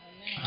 Amen